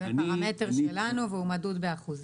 זה הפרמטר שלנו שמדוד באחוזים.